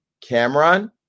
Cameron